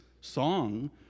song